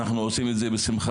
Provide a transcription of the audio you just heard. אנחנו עושים את זה בשמחה.